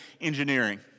engineering